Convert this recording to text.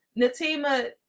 natima